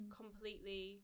completely